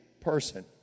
person